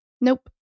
nope